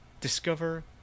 Discover